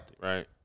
Right